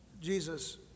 Jesus